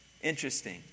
interesting